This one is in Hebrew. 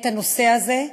את הנושא הזה.